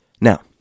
Now